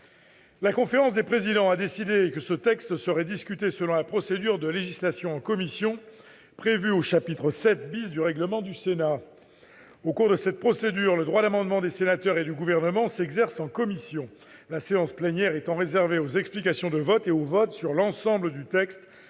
La conférence des présidents a décidé que ce texte serait discuté selon la procédure de législation en commission prévue au chapitre VII du règlement du Sénat. Au cours de cette procédure, le droit d'amendement des sénateurs et du Gouvernement s'exerce en commission, la séance plénière étant réservée aux explications de vote et au vote sur l'ensemble du texte